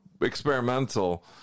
experimental